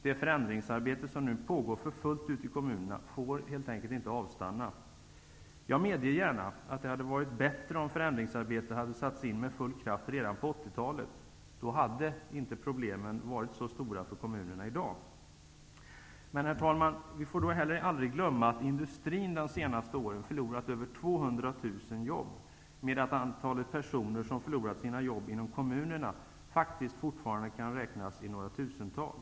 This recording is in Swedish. Det förändringsarbete som nu pågår för fullt ute i kommunera får helt enkelt inte avstanna. Jag medger gärna att det hade varit bättre om förändringsarbetet hade satts in med full kraft redan på 80-talet. Då hade problemen i dag inte varit så stora för kommunerna. Herr talman! Vi får aldrig heller glömma att industrin under de senaste åren har förlorat över 200 000 jobb, medan antalet personer som har förlorat sina jobb inom kommunerna faktiskt fortfarande kan räknas i några tusental.